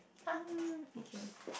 mm okay